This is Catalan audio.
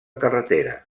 carretera